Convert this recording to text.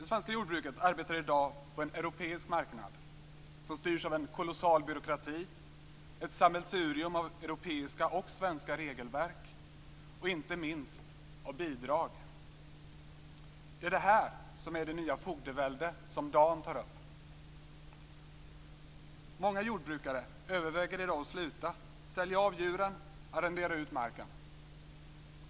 Det svenska jordbruket arbetar i dag på en europeisk marknad som styrs av en kolossal byråkrati och ett sammelsurium av europeiska och svenska regelverk och inte minst av bidrag. Det är detta som är det nya fogdevälde som Dan Ericsson tog upp. Många jordbrukare överväger i dag att sluta, sälja av djuren och arrendera ut marken.